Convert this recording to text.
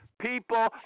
people